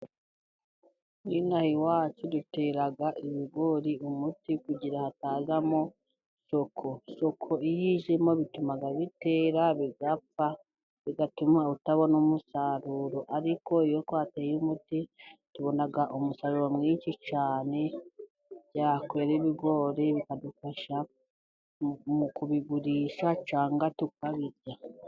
Ino aha iwacu dutera ibigori umuti kugira ngo hatazamo shoko, shoko iyo ijemo bituma bitera bigapfa bigatuma utabona umusaruro ,ariko iyo twateye umuti tubona umusaruro mwinshi cyane ,byakwera ibigori bikadufasha mu kubigurisha cyangwa tukabirya.